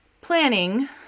planning